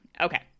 Okay